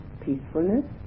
peacefulness